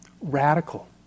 radical